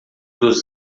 dos